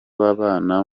babana